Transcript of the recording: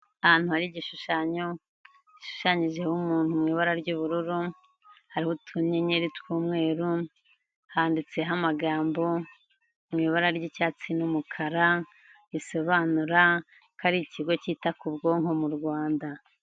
Ahantu har’igishushanyo gishushanyijeho umuntu mu ibara ry'ubururu, hariho utunyenyeri tw'umweru, handitseho amagambo mu ibara ry'icyatsi n'umukara, bisobanura ko ari ikigo cyita ku bwonko mu Rwanda.